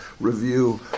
review